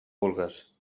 vulgues